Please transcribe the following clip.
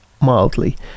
mildly